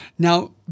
Now